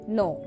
no